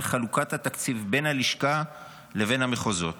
חלוקת התקציב בין הלשכה לבין המחוזות